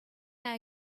are